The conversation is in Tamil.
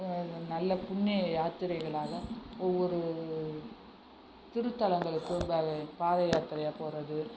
நல்ல புண்ணிய யாத்திரைகளால் ஒவ்வொரு திருத்தலங்களுக்கும் பாத யாத்திரையாகப் போவது